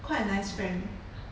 quite a nice friend